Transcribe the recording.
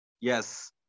Yes